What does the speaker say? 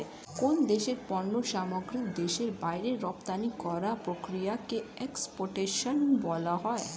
কোন দেশের পণ্য সামগ্রী দেশের বাইরে রপ্তানি করার প্রক্রিয়াকে এক্সপোর্টেশন বলা হয়